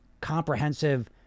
comprehensive